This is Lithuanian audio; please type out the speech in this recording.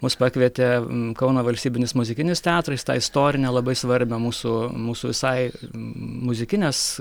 mus pakvietė kauno valstybinis muzikinis teatras į tą istorinę labai svarbią mūsų mūsų visai muzikinės